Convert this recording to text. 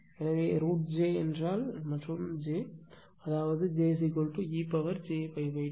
எனவே √ j என்றால் மற்றும் j அதாவது j ej π 2